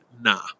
nah